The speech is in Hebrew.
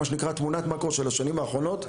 מה שנקרא תמונת מקרו של השנים האחרונות.